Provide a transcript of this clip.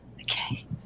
okay